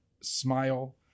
smile